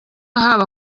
haba